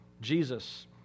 Jesus